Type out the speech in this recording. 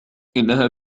إنها